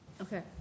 Okay